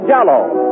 Jell-O